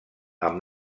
amb